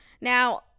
Now